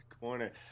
corner